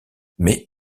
mais